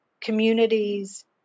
communities